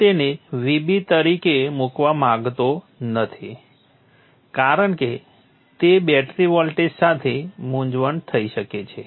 હું તેને Vb તરીકે મૂકવા માગતો નથી કારણ કે તે બેટરી વોલ્ટેજ સાથે મૂંઝવણ થઈ શકે છે